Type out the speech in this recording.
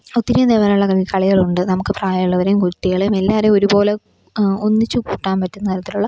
ഒത്തിരി ഇതേ പോലുള്ള കളി കളികളുണ്ട് നമുക്ക് പ്രായമുള്ളവരെയും കുട്ടികളെയും എല്ലാവരെ ഒരു പോലെ ഒന്നിച്ച് കൂട്ടാന് പറ്റുന്ന തരത്തിലുള്ള